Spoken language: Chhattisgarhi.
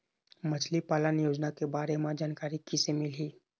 मछली पालन योजना के बारे म जानकारी किसे मिलही?